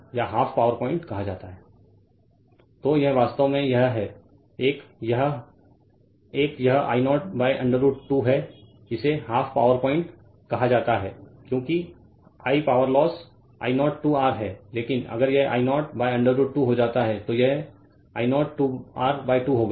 तो यह वास्तव में यह है 1 यह 1 यह I 0 √ 2 है इसे 12 पावर पॉइंट कहा जाता है क्योंकि I power loss I 0 2 R है लेकिन अगर यह I 0 √ 2 हो जाता है तो यह I 0 2 R 2 होगा